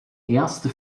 erste